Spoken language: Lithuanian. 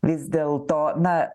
vis dėl to na